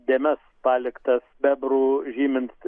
dėmes paliktas bebrų žymint